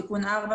מתיקון 4,